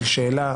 של שאלה,